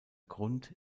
grund